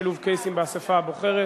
שילוב קייסים באספה הבוחרת),